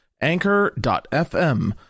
anchor.fm